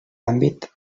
àmbit